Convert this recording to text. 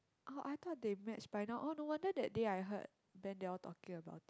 oh I thought they match by now oh no wonder that day I heard Ben they all talking about it